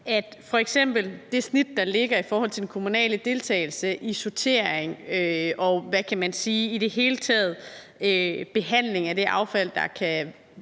at f.eks. det snit, der ligger i lovforslaget i forhold til den kommunale deltagelse i sortering og i det hele taget behandling af det affald, der kan